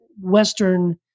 Western